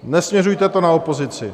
Nesměřujte to na opozici.